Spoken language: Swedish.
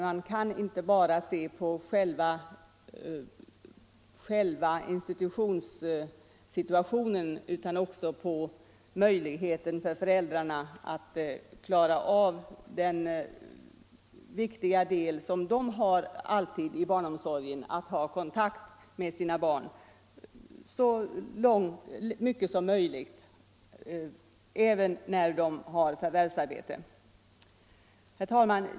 Man kan inte bara se på själva institutionssituationen, utan man måste också se på möjligheten för föräldrarna att klara av den viktiga del som de alltid har i barnomsorgen, nämligen att ha kontakt med sina barn så mycket som möjligt även när de har förvärvsarbete. Herr talman!